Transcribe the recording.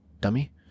dummy